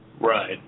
Right